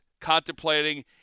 contemplating